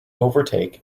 overtake